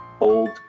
old